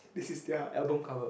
this is their album cover